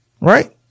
Right